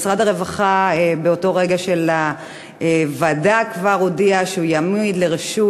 משרד הרווחה הודיע כבר באותו רגע בוועדה שהוא יעמיד לרשות